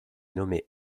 nommé